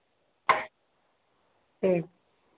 ठीक